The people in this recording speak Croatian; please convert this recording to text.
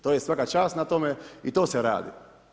To je svaka čast na tome i to se radi.